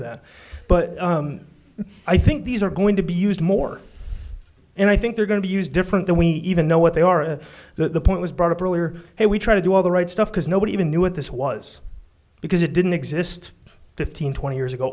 that but i think these are going to be used more and i think they're going to use different than we even know what they are and that the point was brought up earlier hey we try to do all the right stuff because nobody even knew what this was because it didn't exist fifteen twenty years ago